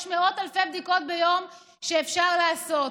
יש מאות אלפי בדיקות ביום שאפשר לעשות,